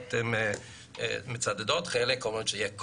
מהקופות מצדדות וחלק אומרות שיהיה קושי,